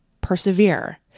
persevere